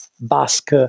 basque